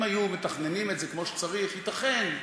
אם היו מתכננים את זה כמו שצריך, ייתכן,